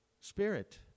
spirit